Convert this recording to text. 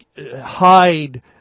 hide